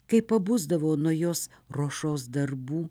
kai pabusdavau nuo jos ruošos darbų